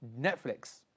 Netflix